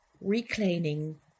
Reclaiming